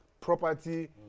property